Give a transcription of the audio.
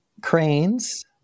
cranes